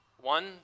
One